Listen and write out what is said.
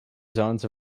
zones